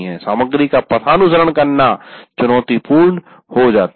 सामग्री का पथानुसरण रखना चुनौतीपूर्ण हो जाता है